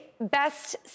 best